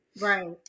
Right